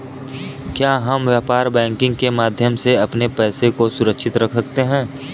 क्या हम व्यापार बैंकिंग के माध्यम से अपने पैसे को सुरक्षित कर सकते हैं?